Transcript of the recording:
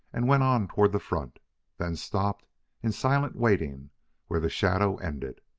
and went on toward the front then stopped in silent waiting where the shadow ended.